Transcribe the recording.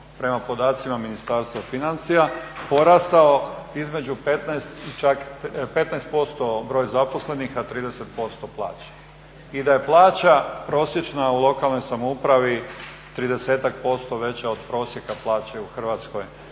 prema podacima Ministarstva financija porastao između 15% broj zaposlenih, a 30% plaće. I da je plaća prosječna u lokalnoj samoupravi 30-ak % veća od prosjeka plaće u Hrvatskoj.